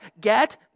get